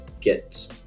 get